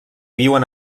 viuen